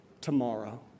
tomorrow